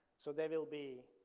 so there will be,